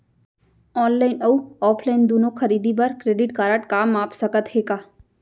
Online अऊ offline दूनो खरीदी बर क्रेडिट कारड काम आप सकत हे का?